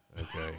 Okay